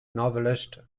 novelist